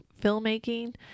filmmaking